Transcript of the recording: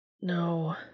No